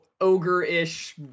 ogre-ish